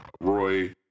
Roy